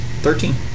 Thirteen